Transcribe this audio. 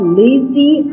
lazy